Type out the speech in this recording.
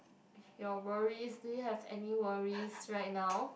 your worries do you have any worries right now